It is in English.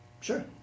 Sure